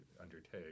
undertake